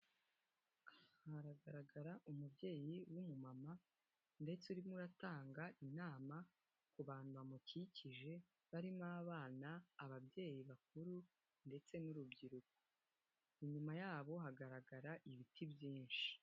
Haragaragara umubyeyi w'umumama ndetse urimo uratanga inama ku bantu bamukikije, barimo: abana, ababyeyi bakuru ndetse n'urubyiruko, inyuma yabo hagaragara ibiti byinshi.